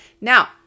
Now